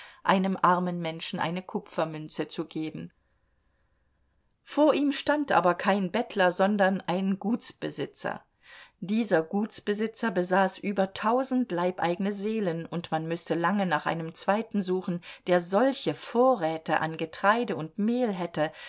einem armen menschen eine kupfermünze zu geben vor ihm stand aber kein bettler sondern ein gutsbesitzer dieser gutsbesitzer besaß über tausend leibeigene seelen und man müßte lange nach einem zweiten suchen der solche vorräte an getreide und mehl hätte